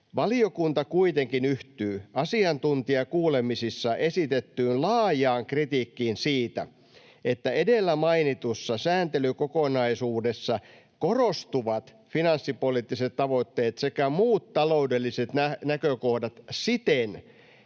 ”Valiokunta kuitenkin yhtyy asiantuntijakuulemisissa esitettyyn laajaan kritiikkiin siitä, että edellä mainitussa sääntelykokonaisuudessa korostuvat finanssipoliittiset tavoitteet sekä muut taloudelliset näkökohdat siten,